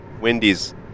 Wendy's